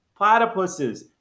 platypuses